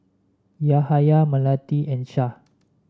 Yahaya Melati and Shah